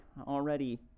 already